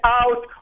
out